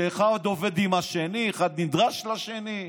שאחד עובד עם השני, אחד נדרש לשני,